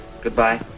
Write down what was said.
Goodbye